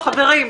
חברים,